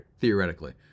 theoretically